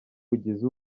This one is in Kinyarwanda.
ugize